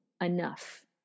Enough